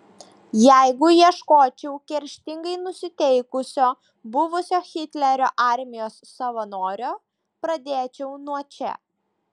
jeigu ieškočiau kerštingai nusiteikusio buvusio hitlerio armijos savanorio pradėčiau nuo čia